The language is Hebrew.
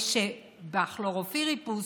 כלורופיריפוס,